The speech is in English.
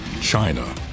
China